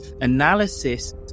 analysis